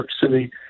City